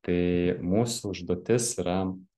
tai mūsų užduotis yra